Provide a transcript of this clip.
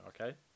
okay